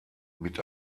mit